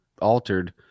altered